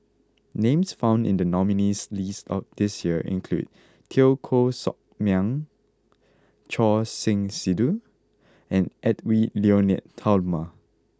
names found in the nominees' list this year include Teo Koh Sock Miang Choor Singh Sidhu and Edwy Lyonet Talma